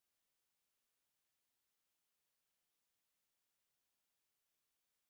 like ask for room the hall three room number to check that they it's a legit room lah